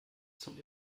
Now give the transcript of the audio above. zum